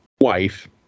wife